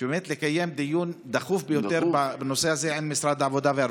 לקיים דיון דחוף ביותר בנושא הזה עם משרד העבודה והרווחה.